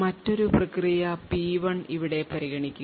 മറ്റൊരു പ്രക്രിയ P1 ഇവിടെ പരിഗണിക്കുക